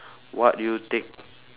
what do you take